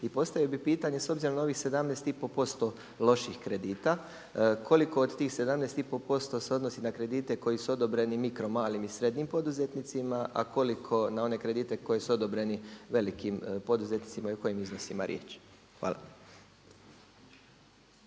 I postavio bi pitanje s obzirom na ovih 17,5% loših kredita, koliko od tih 17,5% se odnosi na kredite koji su odobreni mikromalim i srednjim poduzetnicima, a koliko na one kredite koji su odobreni velikim poduzetnicima i o kojim iznosima je riječ? Hvala.